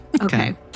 Okay